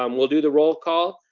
um we'll do the roll call.